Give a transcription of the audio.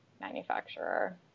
manufacturer